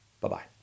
Bye-bye